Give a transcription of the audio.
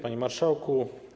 Panie Marszałku!